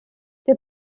der